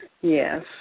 Yes